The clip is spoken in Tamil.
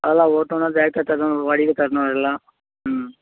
அதெல்லாம் ஓட்டணும் தரணும் வாடகை தரணும் அதெல்லாம் ம்